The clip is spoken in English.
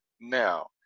now